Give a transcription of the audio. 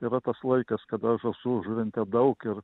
yra tas laikas kada žąsų žuvinte daug ir